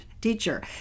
teacher